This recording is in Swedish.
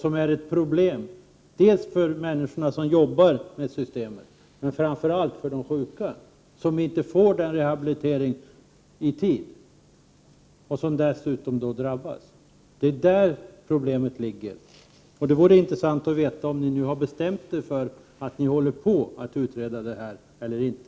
Detta är ett problem, inte bara för dem som jobbar med systemet utan också — och kanske framför allt — för de sjuka som inte i tid får möjlighet till rehabilitering och som därför drabbas. Detta är alltså ett problem. Det vore intressant att få höra hur det verkligen förhåller sig. Pågår det en utredning eller inte?